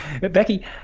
Becky